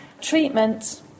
Treatment